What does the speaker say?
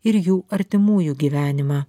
ir jų artimųjų gyvenimą